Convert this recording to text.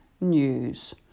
News